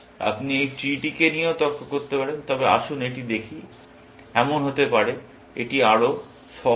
আপনি এই ট্রি টিকে নিয়েও তর্ক করতে পারেন তবে আসুন এটি দেখি এমন হতে পারে যে এটি আরও সহজ